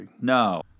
No